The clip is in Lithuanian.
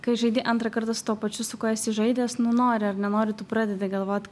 kai žaidi antrą kartą su tuo pačiu su kuo esi žaidęs nu nori ar nenori tu pradedi galvot